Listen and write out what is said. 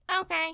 Okay